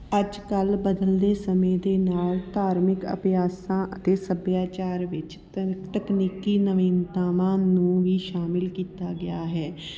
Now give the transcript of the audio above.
ਅੱਜ ਕੱਲ੍ਹ ਬਦਲਦੇ ਸਮੇਂ ਦੇ ਨਾਲ ਧਾਰਮਿਕ ਅਭਿਆਸਾਂ ਅਤੇ ਸੱਭਿਆਚਾਰ ਵਿੱਚ ਤਕਨੀਕੀ ਨਵੀਨਤਾਵਾਂ ਨੂੰ ਵੀ ਸ਼ਾਮਿਲ ਕੀਤਾ ਗਿਆ ਹੈ